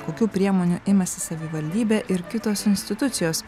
kokių priemonių imasi savivaldybė ir kitos institucijos